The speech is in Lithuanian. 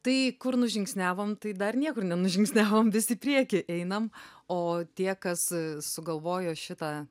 tai kur nužingsniavom tai dar niekur nenužingsniavom vis į priekį einam o tie kas sugalvojo šitą